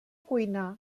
cuinar